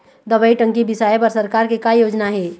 दवई टंकी बिसाए बर सरकार के का योजना हे?